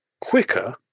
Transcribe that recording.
quicker